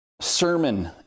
sermon